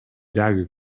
dagger